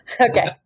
Okay